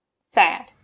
sad